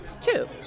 Two